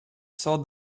saw